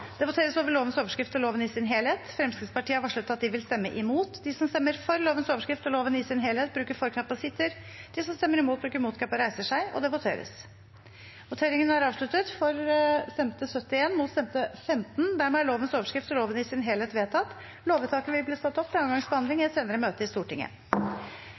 Det voteres over lovens overskrift og loven i sin helhet. Fremskrittspartiet har varslet at de vil stemme imot. Lovvedtaket vil bli ført opp til andre gangs behandling i et senere møte i Stortinget.